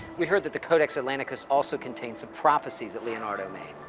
we heard that the codex atlanticus also contains some prophecies that leonardo made.